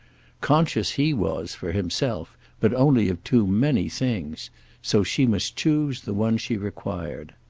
conscious he was, for himself but only of too many things so she must choose the one she required.